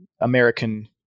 American